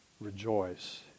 rejoice